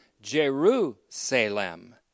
Jerusalem